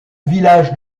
village